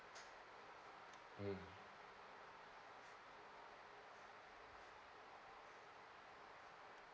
mm